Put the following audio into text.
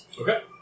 Okay